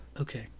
okay